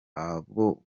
abo